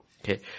Okay